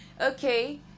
okay